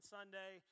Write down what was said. Sunday